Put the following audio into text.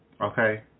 okay